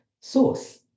source